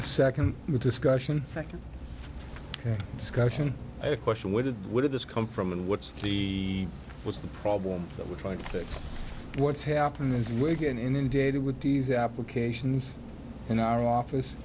second discussion second discussion a question what did what did this come from and what's the what's the problem that we're trying to fix what's happening is making inundated with these applications in our office